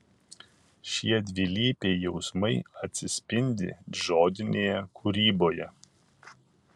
šie dvilypiai jausmai atsispindi žodinėje kūryboje